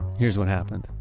here's what happened.